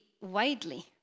widely